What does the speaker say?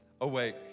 awake